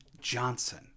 Johnson